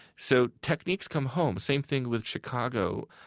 so techniques come home same thing with chicago.